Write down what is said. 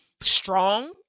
strong